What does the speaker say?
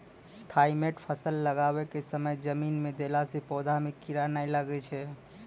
Thimet फ़सल लगाबै के समय जमीन मे देला से पौधा मे कीड़ा नैय लागै छै?